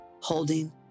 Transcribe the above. holding